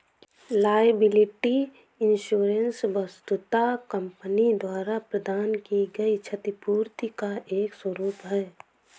liability insurance वस्तुतः company द्वारा प्रदान की गई क्षतिपूर्ति का एक स्वरूप है